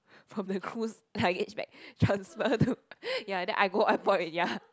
from the cruise luggage bag transfer to ya then I go out and bought it ya